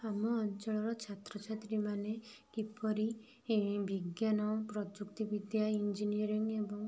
ଆମ ଅଞ୍ଚଳର ଛାତ୍ର ଛାତ୍ରୀମାନେ କିପରି ବିଜ୍ଞାନ ପ୍ରଯୁକ୍ତିବିଦ୍ୟା ଇଞ୍ଜିନିୟରିଂ ଏବଂ